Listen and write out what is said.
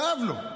כאב לו.